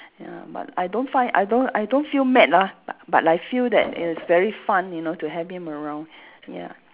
ya but I don't find I don't I don't feel mad lah but but I feel that it's very fun you know to have him around ya